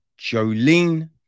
Jolene